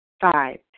Five